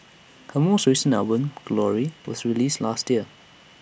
her most recent album glory was released last year